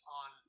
on